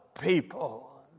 people